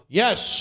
yes